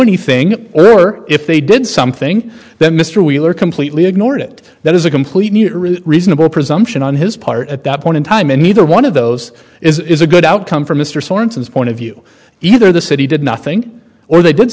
anything or if they did something then mr wheeler completely ignored it that is a complete new reasonable presumption on his part at that point in time and neither one of those is a good outcome for mr sorenson's point of view either the city did nothing or they did